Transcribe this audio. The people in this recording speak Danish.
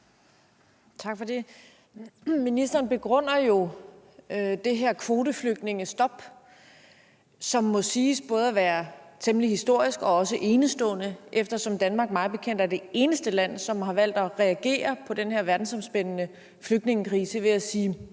Tak for det. Ministeren begrunder jo det her kvoteflygtningestop, som må siges både at være temmelig historisk og også enestående, eftersom Danmark mig bekendt er det eneste land, som har valgt at reagere på den her verdensomspændende flygtningekrise, ved at sige: